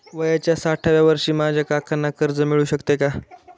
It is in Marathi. वयाच्या साठाव्या वर्षी माझ्या काकांना कर्ज मिळू शकतो का?